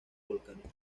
volcánica